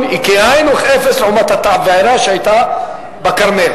היא כאין וכאפס לעומת התבערה שהיתה בכרמל.